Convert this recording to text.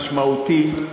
משמעותי,